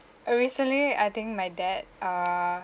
uh recently I think my dad err